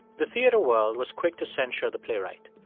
the theater world was quick to censure the playwright.